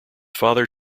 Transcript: father